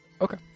okay